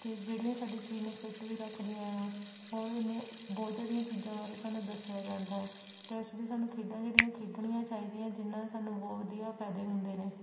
ਅਤੇ ਜਿਹੜੀਆਂ ਸਾਡੇ ਸਰੀਰ ਨੂੰ ਫਿੱਟ ਵੀ ਰੱਖਦੀਆਂ ਆ ਹੋਰ ਇੰਨੇ ਬਹੁਤ ਸਾਰੀਆਂ ਚੀਜ਼ਾਂ ਬਾਰੇ ਸਾਨੂੰ ਦੱਸਿਆ ਜਾਂਦਾ ਤਾਂ ਇਸ ਲਈ ਸਾਨੂੰ ਖੇਡਾਂ ਜਿਹੜੀਆਂ ਖੇਡਣੀਆਂ ਚਾਹੀਦੀਆਂ ਜਿਹਦੇ ਨਾਲ ਸਾਨੂੰ ਬਹੁਤ ਵਧੀਆ ਫਾਇਦੇ ਹੁੰਦੇ ਨੇ